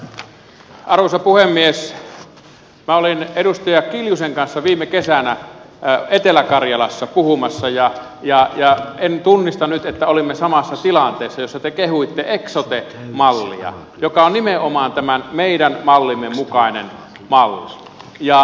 minä olin edustaja kiljusen kanssa viime kesänä etelä karjalassa puhumassa ja en tunnista nyt että olimme samassa tilanteessa jossa te kehuitte eksote mallia joka on nimenomaan tämän meidän mallimme mukainen malli